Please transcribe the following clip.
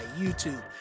YouTube